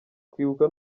kwibuka